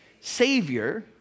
Savior